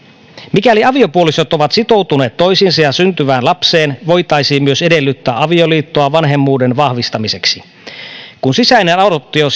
mikäli aviopuolisot ovat sitoutuneet toisiinsa ja syntyvään lapseen voitaisiin myös edellyttää avioliittoa vanhemmuuden vahvistamiseksi kun sisäinen adoptio